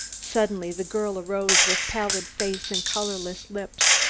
suddenly the girl arose with pallid face and colorless lips.